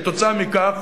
כתוצאה מכך